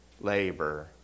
Labor